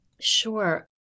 Sure